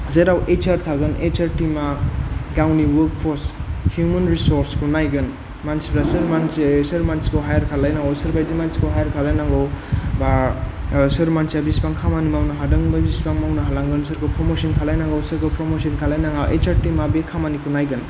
जेराव S R थागोन S R टिमा गावनि वर्क फर्स हिउमेन रिसर्स खौ नायगोन मानसिफोरा सोर मानसि सोर मानसिखौ हायार खालामनांगौ सोरबायदि मानसिखौ हायार खालायनांगौ बा सोर मानसिया बेसेबां खामानि मावनो हादों बा बेसेबां मावनो हालांगोन सोरखौ प्रमसन खालायनांगौ सोरखौ प्रमसन खालायनाङा ऐस आर टिमा बे खामानिखौ नायगोन